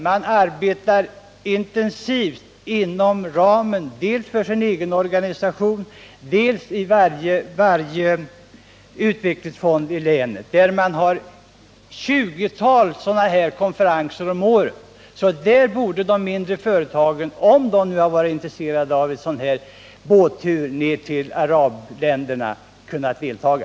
Man arbetar intensivt dels inom ramen för sin egen organisation, dels i varje utvecklingsfond i länet där man har ett 20-tal konferenser om året. Där borde de mindre företagen, om de nu hade varit intresserade av båtturen till arabländerna, ha kunnat deltaga.